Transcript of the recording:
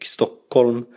Stockholm